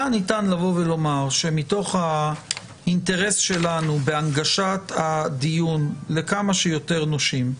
היה ניתן לבוא ולומר שמתוך האינטרס שלנו בהנגשת הדיון לכמה שיותר נושים,